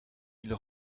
ils